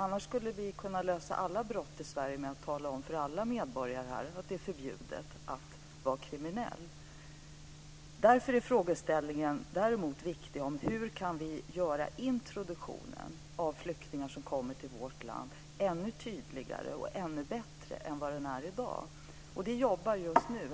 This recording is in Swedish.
Annars skulle vi ju kunna lösa alla brott i Sverige genom att tala om för alla medborgare här att det är förbjudet att vara kriminell. Därför är däremot frågeställningen viktig om hur vi kan göra introduktionen av flyktingar som kommer till vårt land ännu tydligare och ännu bättre än vad den är i dag. En statlig utredning jobbar just nu